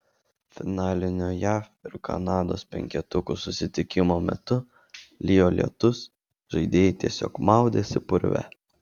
finalinio jav ir kanados penketukų susitikimo metu lijo lietus žaidėjai tiesiog maudėsi purve